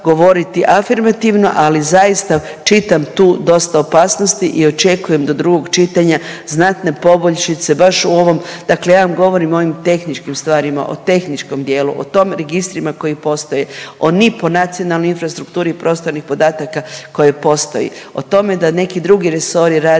govoriti afirmativno, ali zaista čitam tu dosta opasnosti i očekujem do drugog čitanja znatne poboljšice baš u ovom, dakle ja vam govorim o ovim tehničkim stvarima, o tehničkom dijelu, o tom registrima koji postoje, o ni po nacionalnoj infrastrukturi i prostornih podataka koji postoji, o tome da neki drugi resori